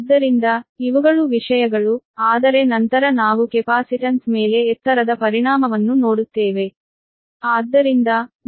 ಆದ್ದರಿಂದ ಇವುಗಳು ವಿಷಯಗಳು ಆದರೆ ನಂತರ ನಂತರ ನಾವು ಕೆಪಾಸಿಟನ್ಸ್ ಮೇಲೆ ಎತ್ತರದ ಪರಿಣಾಮವನ್ನು ನೋಡುತ್ತೇವೆ ಮತ್ತು ನಂತರ ನಾವು ನೋಡುತ್ತೇವೆ